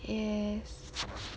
yes